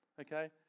Okay